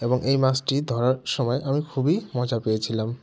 এবং এই মাছটি ধরার সময় আমি খুবই মজা পেয়েছিলাম